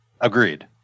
Agreed